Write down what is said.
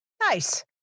Nice